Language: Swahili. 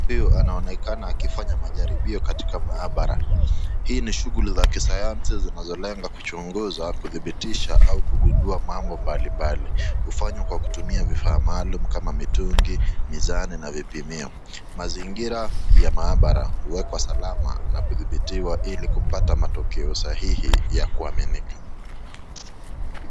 Huyu anaonekana akifanya majaribio katika mahabara. Hii ni shughuli za kisayansi zinazolenga kuchunguza, kidhibitisha au kugundua mambo mbalimbali. Hufanywa kwa kutumia vifaa maalum kama mitungi, mizani na vipimio. Mazingira ya mahabara huwekwa salama na kudhibitiwa ili kupata matokeo sahihi ya kuaminika.